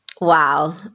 Wow